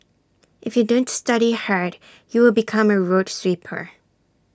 if you don't study hard you will become A road sweeper